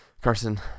Carson